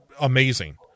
amazing